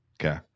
Okay